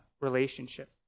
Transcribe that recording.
relationship